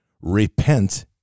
repent